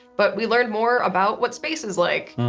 but we learned more about what space is like,